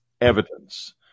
evidence